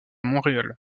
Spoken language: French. montréal